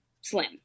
slim